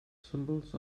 symbols